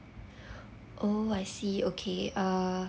oh I see okay uh